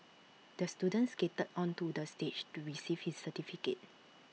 the student skated onto the stage to receive his certificate